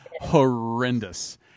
Horrendous